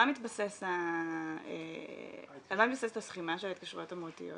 מתבססת הסכימה של ההתקשרויות המהותיות,